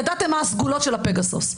ידעתם מה הסגולות של הפגסוס,